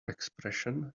expression